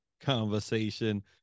conversation